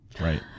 right